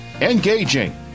engaging